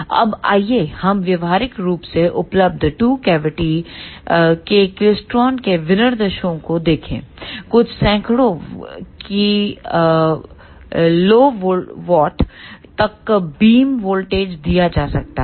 अब आइए हम व्यावहारिक रूप से उपलब्ध टू कैविटी के क्लेस्ट्रॉन के विनिर्देशों को देखें कुछ सैकड़ों किलोवॉट तक बीम वोल्टेज दिया जा सकता है